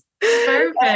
Perfect